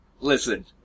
Listen